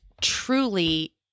truly